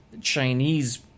Chinese